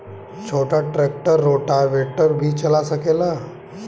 छोटा tractor rotavator भी चला सकेला?